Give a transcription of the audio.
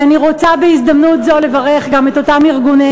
אני רוצה בהזדמנות זאת לברך גם את אותם ארגוני